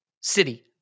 City